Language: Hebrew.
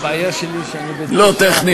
המשק לא יוצר מקומות עבודה.